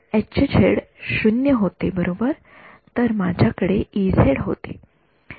विद्यार्थीः 0 होते बरोबर तर माझ्याकडे होते